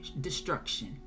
destruction